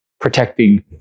protecting